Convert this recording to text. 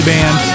Band